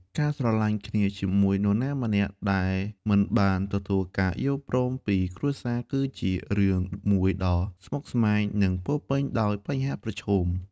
ការស្រឡាញ់គ្នាជាមួយនរណាម្នាក់ដែលមិនបានទទួលការយល់ព្រមពីគ្រួសារគឺជារឿងមួយដ៏ស្មុគស្មាញ និងពោរពេញដោយបញ្ហាប្រឈម។